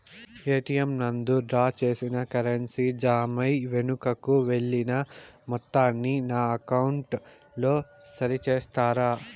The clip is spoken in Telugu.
ఎ.టి.ఎం నందు డ్రా చేసిన కరెన్సీ జామ అయి వెనుకకు వెళ్లిన మొత్తాన్ని నా అకౌంట్ లో సరి చేస్తారా?